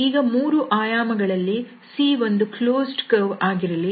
ಈಗ ಮೂರು ಆಯಾಮ ಗಳಲ್ಲಿ C ಒಂದು ಕ್ಲೋಸ್ಡ್ ಕರ್ವ್ ಆಗಿರಲಿ